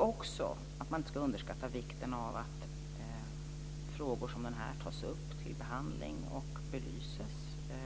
också att man inte ska underskatta vikten av att frågor som den här tas upp till behandling och belyses.